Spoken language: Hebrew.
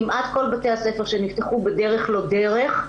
כמעט כל בתי הספר שנפתחו בדרך לא דרך,